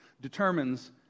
determines